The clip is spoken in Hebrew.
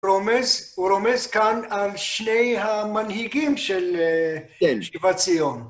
הוא רומז, הוא רומז כאן על שני המנהיגים של - כן - שיבת ציון.